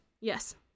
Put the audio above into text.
Yes